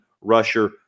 rusher